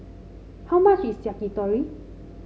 how much is Yakitori